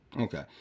Okay